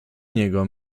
niego